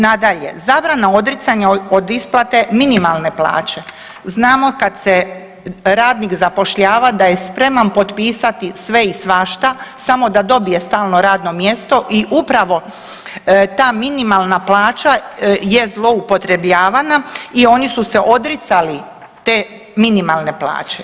Nadalje, zabrana odricanja od isplate minimalne plaće, znamo kada se radnik zapošljava da je spreman potpisati sve i svašta samo da dobije stalno radno mjesto i upravo ta minimalna plaća je zloupotrebljavana i oni su se odricali te minimalne plaće.